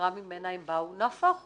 בחברה ממנה הם באו, נהפוך הוא,